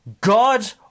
God